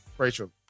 Rachel